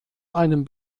einem